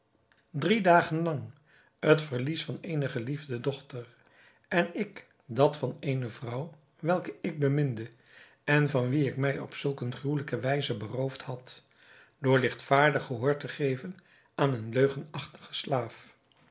drie dagen lang het verlies van eene geliefde dochter en ik dat van eene vrouw welke ik beminde en van wie ik mij op zulk eene gruwelijke wijze beroofd had door ligtvaardig gehoor te geven aan een leugenachtigen slaaf